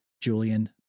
Julian